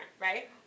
right